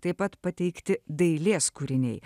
taip pat pateikti dailės kūriniai